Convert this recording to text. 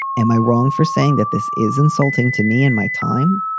am i wrong for saying that? this is insulting to me and my time.